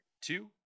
two